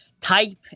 type